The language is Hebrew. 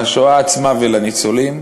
לשואה ולניצולים,